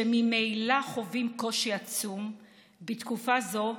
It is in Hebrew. שממילא חווים קושי עצום בתקופה זו,